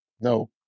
no